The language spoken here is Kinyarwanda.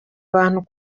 abantu